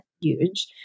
huge